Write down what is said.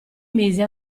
mise